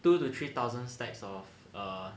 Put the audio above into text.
two to three thousand stacks of err